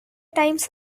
times